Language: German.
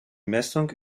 messung